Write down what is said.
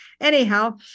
Anyhow